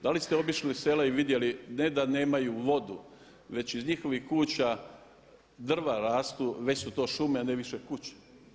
Da li ste obišli sela i vidjeli ne da nemaju vodu već iz njihovih kuća drva rastu, već su to šume a ne više kuće?